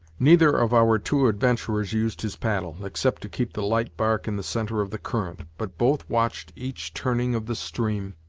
neither of our two adventurers used his paddle, except to keep the light bark in the centre of the current, but both watched each turning of the stream,